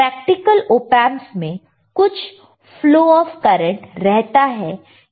practical ओपेंपस में कुछ फ्लो आफ करंट रहता है